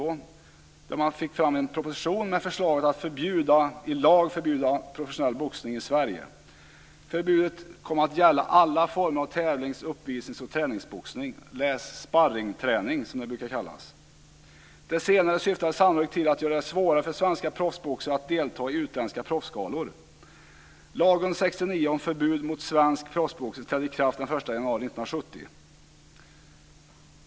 Det var en proposition med ett förslag att i lag förbjuda professionell boxning i Sverige. Förbudet kom att gälla alla former av tävlings-, uppvisningsoch träningsboxning eller sparringträning, som det brukar kallas. Det senare syftade sannolikt till att göra det svårare för svenska proffsboxare att delta i utländska proffsgalor. Lagen om förbud mot svensk proffsboxning trädde i kraft den 1 januari 1970.